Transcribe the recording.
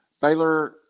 Baylor